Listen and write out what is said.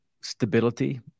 stability